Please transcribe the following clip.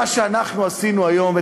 מה שאנחנו עשינו היום,